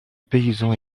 paysans